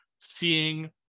seeing